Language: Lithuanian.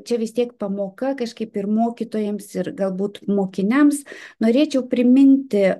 čia vis tiek pamoka kažkaip ir mokytojams ir galbūt mokiniams norėčiau priminti